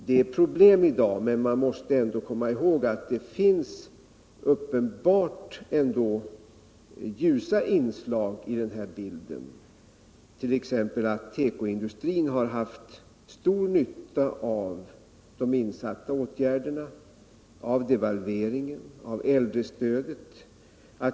Vi har problem i dag, men man måste ändå komma ihåg att det uppenbart ändå finns ljusa inslag i bilden. Tekoindustrin har t.ex. haft stor nytta av de insatta åtgärderna, av devalveringen, av äldrestödet.